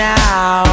now